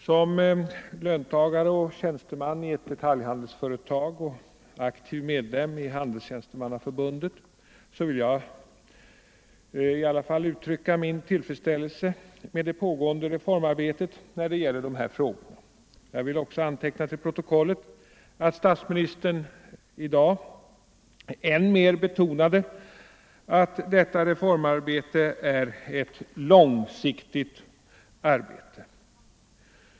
Som löntagare och tjänsteman i ett detaljhandelsföretag och som aktiv medlem i Handelstjänstemannaförbundet vill jag uttrycka min tillfredsställelse med det pågående reformarbetet när det gäller dessa frågor. Jag vill också få antecknat till protokollet att statsministern i dag än mer betonade att detta reformarbete är ett långsiktigt arbete.